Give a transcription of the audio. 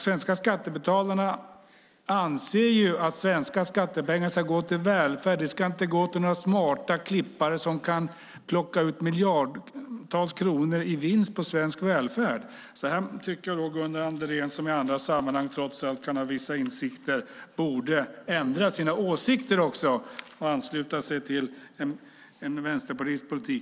Svenska skattebetalare anser att svenska skattepengar ska gå till välfärd och inte till några smarta klippare som kan plocka ut miljardtals kronor i vinst på svensk välfärd. I den här frågan tycker jag nog att Gunnar Andrén som i andra sammanhang trots allt kan ha vissa insikter borde ändra åsikt och ansluta sig till en vänsterpartistisk politik.